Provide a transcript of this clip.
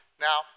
Now